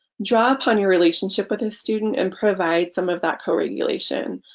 draw up on your relationship with a student and provide some of that co-regulation.